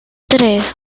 tres